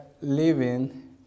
living